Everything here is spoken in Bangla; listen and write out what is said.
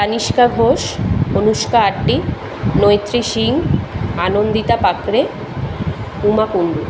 তানিষ্কা ঘোষ অনুষ্কা আঢ্যি মৈত্রী সিং আনন্দিতা পাকড়ে উমা কুণ্ডু